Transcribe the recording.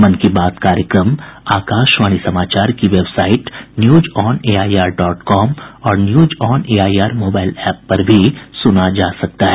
मन की बात कार्यक्रम आकाशवाणी समाचार की वेबसाइट न्यूजऑनएआईआर डॉट कॉम और न्यूजऑनएआईआर मोबाईल एप पर भी सुना जा सकता है